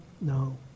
No